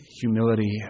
humility